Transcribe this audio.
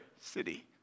city